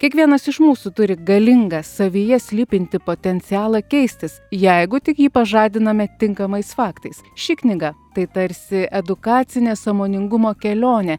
kiekvienas iš mūsų turi galingą savyje slypintį potencialą keistis jeigu tik jį pažadiname tinkamais faktais ši knyga tai tarsi edukacinė sąmoningumo kelionė